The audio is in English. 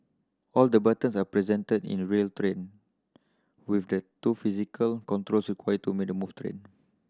all the buttons are present in real train with the two physical controls required to make the move train